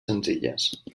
senzilles